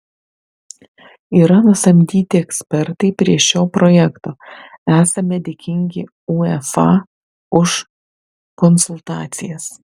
yra nusamdyti ekspertai prie šio projekto esame dėkingi uefa už konsultacijas